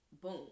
boom